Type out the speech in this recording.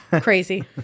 crazy